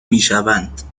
میشوند